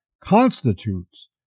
constitutes